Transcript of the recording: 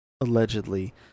Allegedly